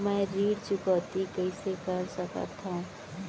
मैं ऋण चुकौती कइसे कर सकथव?